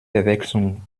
verwechslung